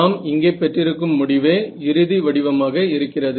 நாம் இங்கே பெற்றிருக்கும் முடிவே இறுதி வடிவமாக இருக்கிறது